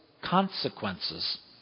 consequences